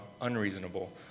unreasonable